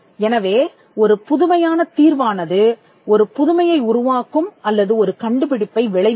எனவே ஒரு புதுமையான தீர்வானது ஒரு புதுமையை உருவாக்கும் அல்லது ஒரு கண்டுபிடிப்பை விளைவிக்கும்